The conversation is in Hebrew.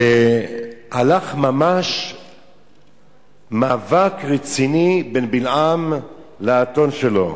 הלך ממש מאבק רציני בין בלעם לאתון שלו.